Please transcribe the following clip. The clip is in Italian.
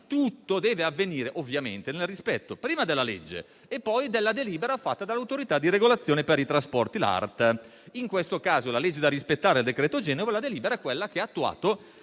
tutto deve avvenire ovviamente nel rispetto prima della legge e poi della delibera fatta dall'Autorità di regolazione per i trasporti (ART). In questo caso la legge da rispettare è il cosiddetto decreto Genova e la delibera quella che ha attuato